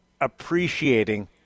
appreciating